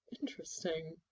Interesting